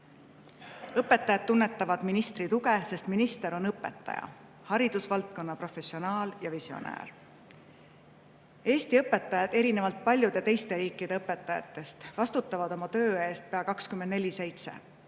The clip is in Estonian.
näitaja. Õpetajad tunnetavad ministri tuge, sest minister on õpetaja, haridusvaldkonna professionaal ja visionäär. Eesti õpetajad erinevalt paljude teiste riikide õpetajatest vastutavad oma töö eest pea 24/7.